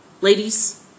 ladies